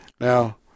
Now